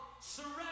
Surrender